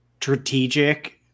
strategic